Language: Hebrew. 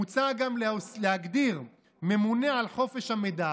מוצע גם להגדיר ממונה על חופש המידע